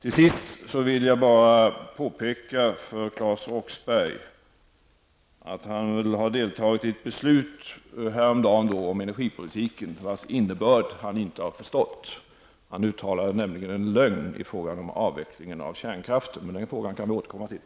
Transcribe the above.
Jag vill till sist bara för Claes Roxbergh påpeka att han väl häromdagen har deltagit i ett beslut om energipolitiken vars innebörd han uppenbarligen inte har förstått. Han uttalade nämligen en lögn i fråga om avvecklingen av kärnkraften. Men den frågan kan vi väl återkomma till.